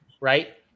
right